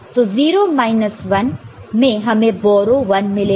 तो 0 1 में हमें बोरो 1 मिलेगा